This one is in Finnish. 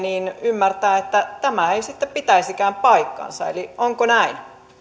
ymmärtää että tämä ei sitten pitäisikään paikkaansa onko näin